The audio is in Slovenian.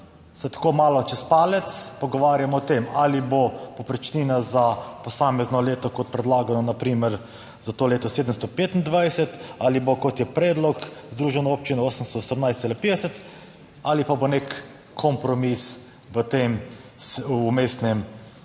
se tako malo čez palec pogovarjamo o tem, ali bo povprečnina za posamezno leto, kot predlagano, na primer za to leto 725 ali bo, kot je predlog Združenja občin, 818,50 ali pa bo nek kompromis v tem vmesnem